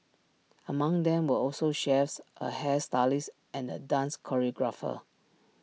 among them were also chefs A hairstylist and A dance choreographer